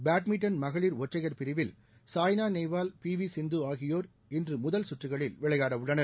badminton மகளிர் ஒற்றையர் பிரிவில் சாய்னா நேவால் பி வி சிந்து ஆகியோர் இன்று முதல் சுற்றுகளில் விளையாடவுள்ளனர்